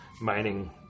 mining